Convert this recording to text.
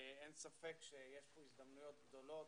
אין ספק שיש כאן הזדמנויות גדולות,